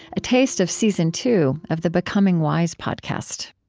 a taste of season two of the becoming wise podcast